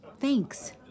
Thanks